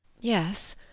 Yes